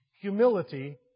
Humility